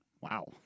Wow